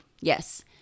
Yes